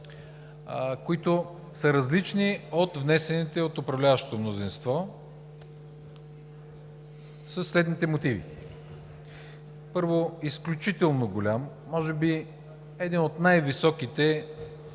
които са различни от внесените от управляващото мнозинство, със следните мотиви. Първо, изключително голям, може би един от най-високите